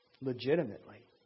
legitimately